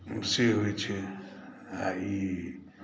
से होइ छै आ ई